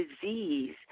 disease